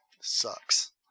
sucks